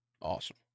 Awesome